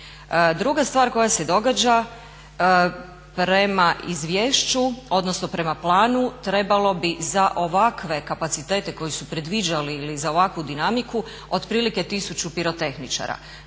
Druga stvar koja se događa, prema izvješću, odnosno prema planu trebalo bi za ovakve kapacitet koji su predviđali ili za ovakvu dinamiku otprilike 1000 pirotehničara.